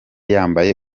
yambaye